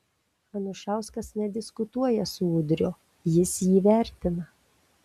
anušauskas nediskutuoja su udriu jis jį vertina